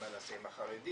מה נעשה עם החרדים,